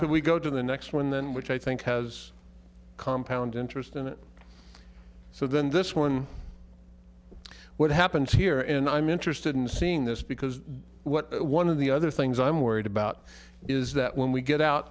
when we go to the next one then which i think has compound interest and so then this one what happens here and i'm interested in seeing this because what one of the other things i'm worried about is that when we get out